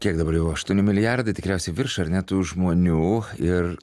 kiek dabar jau aštuoni milijardai tikriausiai virš ar ne tų žmonių ir